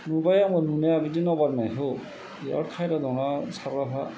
नुबाय आङो नुनाया बिदि नाव बानायनायखौ बेराद खायदा दं ना सारग्राफ्रा